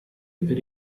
per